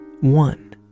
One